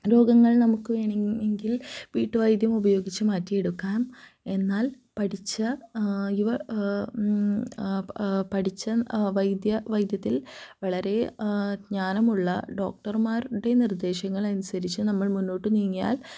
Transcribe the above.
രോഗങ്ങള് നമുക്ക് വേണമെങ്കില് വീട്ടു വൈദ്യം ഉപയോഗിച്ച് മാറ്റി എടുക്കാം എന്നാല് പഠിച്ച പഠിച്ച വൈദ്യത്തില് വളരെ ജ്ഞാനമുള്ള ഡോക്ടര്മാരുടെ നിര്ദേശങ്ങളനുസരിച്ച് നമ്മള് മുന്നോട്ട് നീങ്ങിയാല്